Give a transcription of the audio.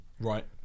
Right